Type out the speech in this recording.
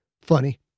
Funny